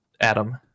Adam